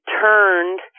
turned